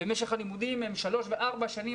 ומשך הלימודים הוא שלוש או ארבע שנים,